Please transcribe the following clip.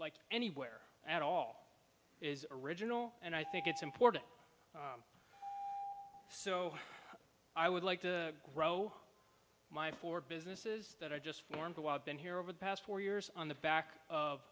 like anywhere at all is original and i think it's important so i would like to grow my four businesses that i just formed while been here over the past four years on the back of